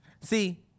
See